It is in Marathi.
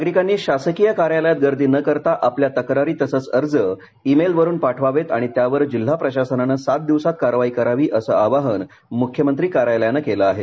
नागरिकांनी शासकीय कार्यालयात गर्दी न करता आपल्या तक्रारी तसंच अर्ज ई मेल वरून पाठवावेत आणि त्यावर जिल्हा प्रशासनानं सात दिवसात कारवाई करावी असं आवाहन मूख्यमंत्री कार्यालयानं केलं आहे